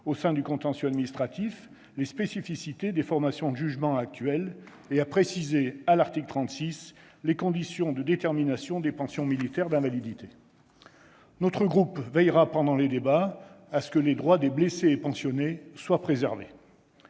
au sein du contentieux administratif, les spécificités des formations de jugement actuelles, et a précisé à l'article 36 les conditions de détermination des pensions militaires d'invalidité. Notre groupe veillera pendant les débats à ce que les droits des blessés et pensionnés soient préservés.